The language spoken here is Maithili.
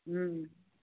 हुँ